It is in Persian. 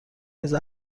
نیز